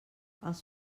els